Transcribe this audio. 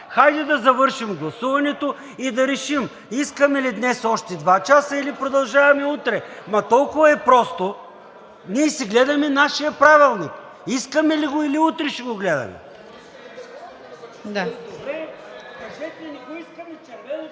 Хайде да завършим гласуването и да решим: искаме ли днес още два часа, или продължаваме утре? Ама толкова е просто! Ние си гледаме нашия Правилник. Искаме ли го, или утре ще го гледаме?